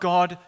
God